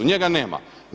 Njega nema.